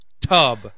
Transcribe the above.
tub